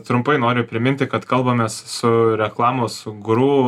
trumpai noriu priminti kad kalbamės su reklamos guru